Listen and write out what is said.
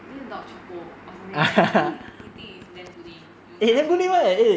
name his dog charcoal or something like then he think it's damn good name you know something